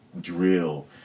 drill